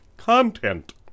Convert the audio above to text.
content